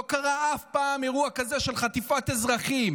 לא קרה אף פעם אירוע כזה של חטיפת אזרחים.